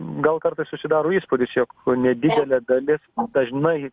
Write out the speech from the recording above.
gal kartais susidaro įspūdis jog nedidelė dalis dažnai